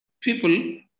people